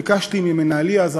ביקשתי ממנהלי אז,